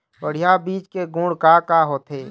बढ़िया बीज के गुण का का होथे?